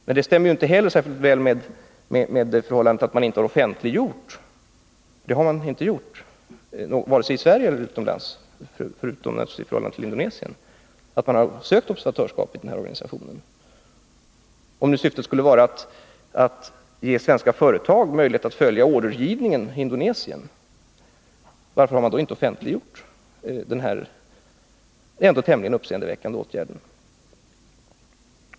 Men detta stämmer inte heller särskilt väl med det förhållandet att man inte har offentliggjort — varken i Sverige eller utomlands, förutom i förhållande till Indonesien — att man har sökt observatörskap i den här organisationen. Om syftet skulle vara att ge svenska företag möjlighet att följa ordergivningen i Indonesien, varför har man då inte offentliggjort den här tämligen uppseendeväckande åtgärden?